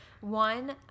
one